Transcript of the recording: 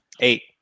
Eight